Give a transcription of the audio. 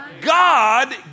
God